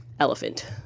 Elephant